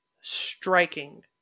striking